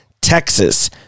Texas